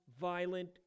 violent